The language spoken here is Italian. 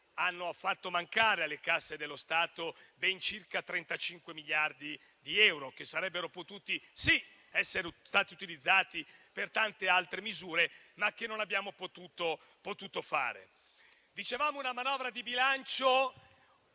hanno fatto mancare alle casse dello Stato circa 35 miliardi di euro. Questi avrebbero potuto, sì, essere utilizzati per tante altre misure, ma non abbiamo potuto farlo. È una manovra di bilancio